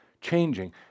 changing